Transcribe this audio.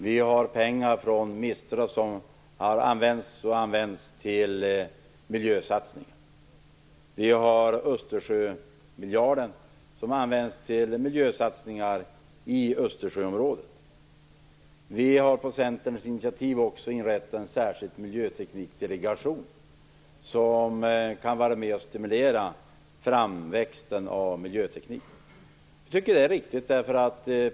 Vi har pengar från MISTRA som har använts och används till miljösatsningar. Vi har Östersjömiljarden. Den används till miljösatsningar i Östersjöområdet. På Centerns initiativ har vi också inrättat en särskild miljöteknikdelegation som kan vara med och stimulera framväxten av miljöteknik. Jag tycker att det är riktigt.